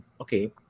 okay